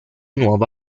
nuovo